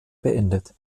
beendet